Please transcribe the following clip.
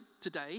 today